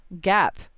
Gap